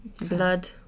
blood